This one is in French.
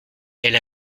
elle